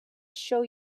show